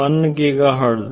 1 giga hertz